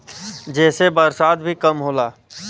जेसे बरसात भी कम होला